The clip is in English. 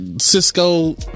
Cisco